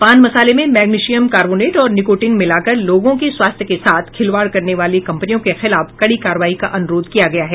पान मसाले में मैग्नीशियम कार्बोनेट और निकोटिन मिलाकर लोगों के स्वास्थ्य के साथ खिलवाड़ करने वाली कम्पनियों के खिलाफ कड़ी कार्रवाई का अनुरोध किया गया है